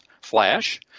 Flash